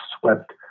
swept